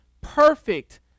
perfect